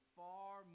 far